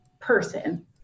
person